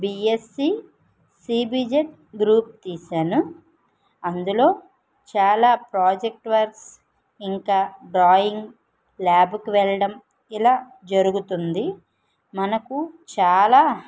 BSc CBZ group తీశాను అందులో చాలా ప్రాజెక్ట్ వర్క్స్ ఇంకా డ్రాయింగ్ ల్యాబ్ కు వెళ్ళడం ఇలా జరుగుతుంది మనకు చాలా